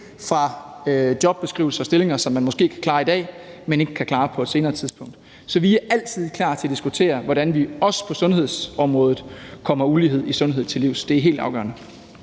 fra jobbeskrivelser og stillinger, som man måske kan klare i dag, men ikke kan klare på et senere tidspunkt. Så vi er altid klar til at diskutere, hvordan vi også på sundhedsområdet kommer ulighed i sundhed til livs. Det er helt afgørende.